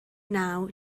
naw